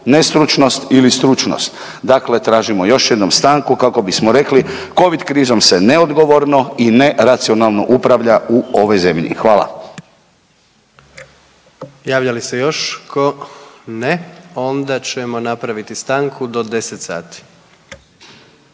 nestručnost ili stručnost. Dakle, tražimo još jednom stanku kako bismo rekli Covid krizom se neodgovorno i neracionalno upravlja u ovoj zemlji. Hvala. **Jandroković, Gordan (HDZ)** Javlja li se još tko? Ne, onda ćemo napraviti stanku do 10 sati.